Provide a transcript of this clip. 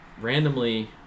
randomly